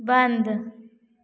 बंद